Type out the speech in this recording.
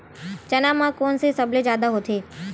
चना म कोन से सबले जादा होथे?